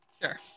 sure